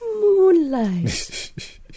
moonlight